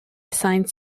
assigned